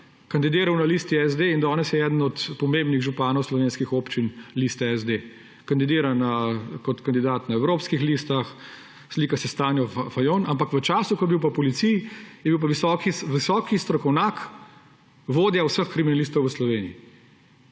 kandidiral na listi SD in danes je eden od pomembnih županov slovenskih občin liste SD, kandidira kot kandidat na evropskih listah, slika se s Tanjo Fajon, ampak v času, ko je bil pa v policiji, je bil pa visoki strokovnjak vodja vseh kriminalistov v Sloveniji.